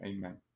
Amen